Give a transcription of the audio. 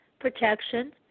protection